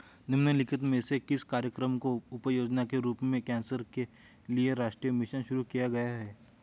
निम्नलिखित में से किस कार्यक्रम को उपयोजना के रूप में कैंसर के लिए राष्ट्रीय मिशन शुरू किया गया है?